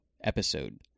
episode